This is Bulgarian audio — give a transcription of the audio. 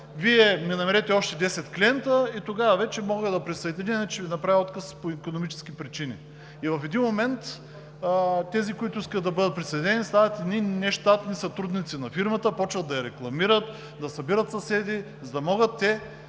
Вие ми намерете още 10 клиенти и тогава вече мога да Ви присъединя, иначе ще направя отказ по икономически причини. В един момент тези, които искат да бъдат присъединени, стават едни нещатни сътрудници на фирмата, започват да я рекламират, да събират съседи, за да могат те